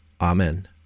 Amen